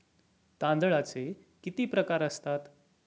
तांदळाचे किती प्रकार असतात?